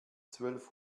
zwölf